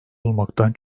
olmaktan